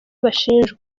bashinjwa